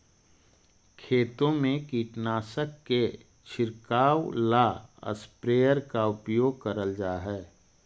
खेतों में कीटनाशक के छिड़काव ला स्प्रेयर का उपयोग करल जा हई